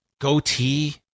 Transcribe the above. goatee